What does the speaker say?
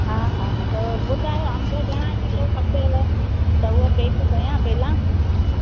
हा हा त ॿुधायो अंब घणा किलो खपेव त उहा पैक कया पहिलां